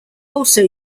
also